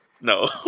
No